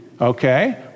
Okay